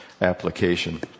application